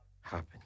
happen